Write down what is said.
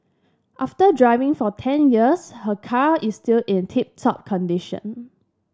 after driving for ten years her car is still in tip top condition